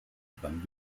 beim